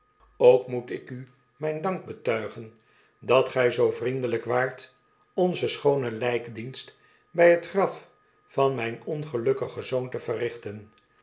ook moet ik u mijn dank betuigen dat gij zoo vriendelijk waart onzen schoonen lijkdienst bij t graf van mijn ongelukkigen zoon te verrichten